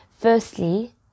Firstly